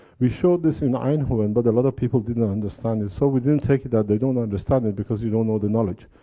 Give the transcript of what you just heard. we showed this in eindhoven, but a lot of people didn't understand it, so we didn't take it that they didn't understand it, because you don't know the knowledge.